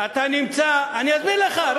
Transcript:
אתה נמצא, אני אסביר לך.